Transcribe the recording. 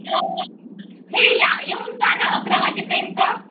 अकरा वाजे हे या येऊन जा ना अकरा वाजेपर्यंत